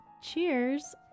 Cheers